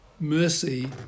Mercy